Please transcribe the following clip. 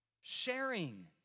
sharing